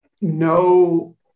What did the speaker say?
no